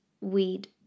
weed